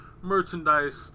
merchandise